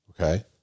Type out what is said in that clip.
Okay